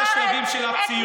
תורת השלבים של הציונות,